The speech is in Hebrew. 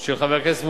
של חבר הכנסת מולה,